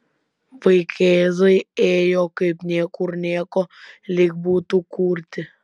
vaikėzai ėjo kaip niekur nieko lyg būtų kurti